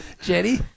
Jenny